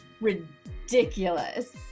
ridiculous